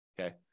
Okay